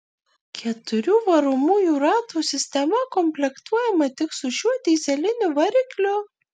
keturių varomųjų ratų sistema komplektuojama tik su šiuo dyzeliniu varikliu